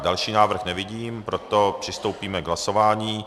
Další návrh nevidím, proto přistoupíme k hlasování.